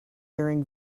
during